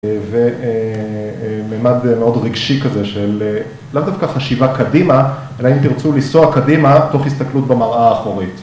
ומימד מאוד רגשי כזה של לא דווקא חשיבה קדימה אלא אם תרצו לנסוע קדימה תוך הסתכלות במראה האחורית.